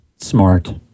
Smart